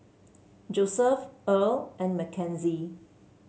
Joeseph Earl and Mckenzie